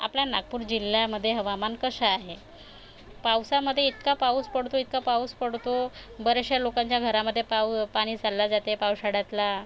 आपल्या नागपूर जिल्ह्यामध्ये हवामान कसं आहे पावसामध्ये इतका पाऊस पडतो इतका पाऊस पडतो बरेचशा लोकांच्या घरामध्ये पाऊ पाणी चालले जाते पावसाळ्यातला